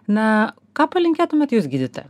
na ką palinkėtumėt jus gydytoja